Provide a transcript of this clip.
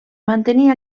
mantenir